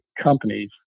companies